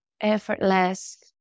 effortless